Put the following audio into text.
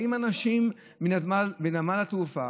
באים אנשים מנמל התעופה.